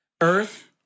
Earth